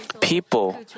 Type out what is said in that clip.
People